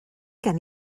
gen